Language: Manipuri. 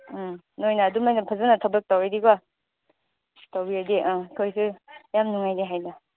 ꯎꯝ ꯅꯣꯏꯅ ꯑꯗꯨꯃꯥꯏꯅ ꯐꯖꯅ ꯊꯕꯛ ꯇꯧꯔꯗꯤꯀꯣ ꯇꯧꯕꯤꯔꯗꯤ ꯑꯥ ꯑꯩꯈꯣꯏꯁꯨ ꯌꯥꯝ ꯅꯨꯡꯉꯥꯏꯅꯤ ꯍꯥꯏꯅ